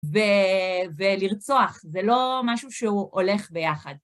ולרצוח, זה לא משהו שהוא הולך ביחד.